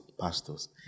Pastors